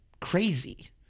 crazy